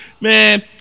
man